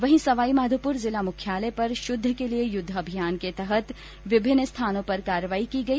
वहीं सवाईमाधोपुर जिला मुख्यालय पर शुद्ध के लिए युद्ध अभियान के तहत विभिन्न स्थानों पर कार्रवाई की गई